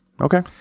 Okay